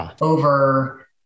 over